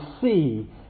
see